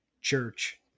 Church